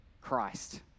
christ